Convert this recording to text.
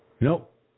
Nope